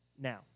Now